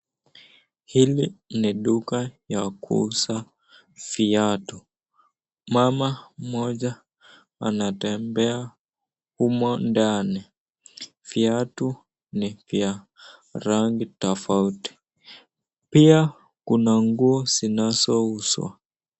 Hili ni duka ya kuuza viatu. Mama mmoja anatembea humo ndani. Viatu ni vya rangi tofauti. Pia kuna nguo zinazouzwa.